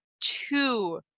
two